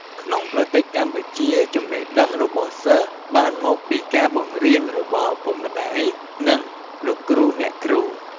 ក្នុងប្រទេសកម្ពុជាចំណេះដឹងរបស់សិស្សបានមកពីការបង្រៀនរបស់ឪពុកម្តាយនិងលោកគ្រូអ្នកគ្រូ។